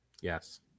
Yes